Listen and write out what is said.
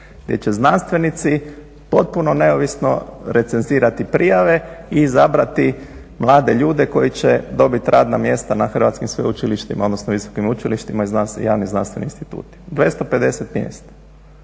znanost. Znanstvenici, potpuno neovisno recenzirati prijave i izabrati mlade ljude koji će dobiti radna mjesta na hrvatskim sveučilištima odnosno visokim učilištima i javnim znanstvenim institutima, 250 mjesta.